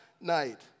night